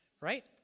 right